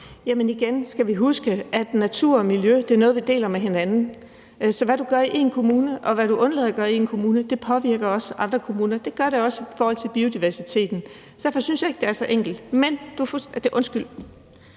Igen skal vi huske, at natur og miljø er noget, vi deler med hinanden. Så hvad du gør i én kommune, og hvad du undlader at gøre i én kommune, påvirker også andre kommuner. Det gør det også i forhold til biodiversiteten. Derfor synes jeg ikke, det er så enkelt. Men ordføreren